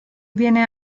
viene